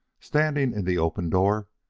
standing in the open door,